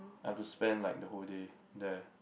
I have to spend like the whole day there